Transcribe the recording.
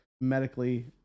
medically